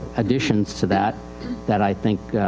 additions to that that i think,